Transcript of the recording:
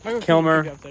Kilmer